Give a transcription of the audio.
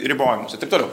ribojimus ir taup toliau